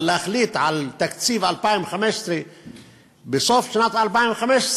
אבל להחליט על תקציב 2015 בסוף שנת 2015,